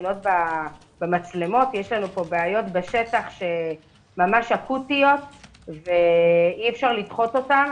יש בעיות אקוטיות בשטח ואי אפשר לדחות אותן.